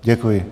Děkuji.